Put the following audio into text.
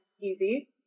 easy